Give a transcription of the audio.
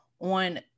on